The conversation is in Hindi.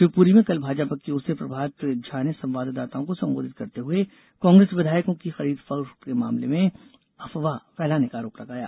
शिवपुरी में कल भाजपा की ओर से प्रभात झा ने संवाददाताओं को संबोधित करते हुए कांग्रेस विधायकों की खरीद फरोख्त के मामले में अफवाह फैलाने का आरोप लगाया